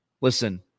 Listen